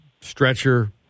Stretcher